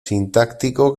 sintáctico